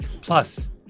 Plus